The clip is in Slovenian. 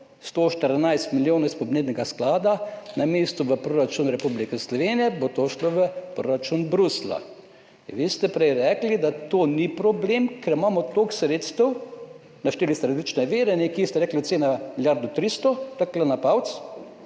114 milijonov iz podnebnega sklada – namesto v proračun Republike Slovenije bo to šlo v proračun Bruslja. In vi ste prej rekli, da to ni problem, ker imamo toliko sredstev, našteli ste različne vire, rekli ste, da je cena nekje milijardo 300, takole čez